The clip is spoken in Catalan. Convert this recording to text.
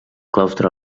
claustre